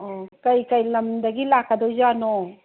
ꯑꯣ ꯀꯔꯤ ꯀꯔꯤ ꯂꯝꯗꯒꯤ ꯂꯥꯛꯀꯗꯣꯏ ꯖꯥꯠꯅꯣ